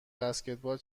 بسکتبال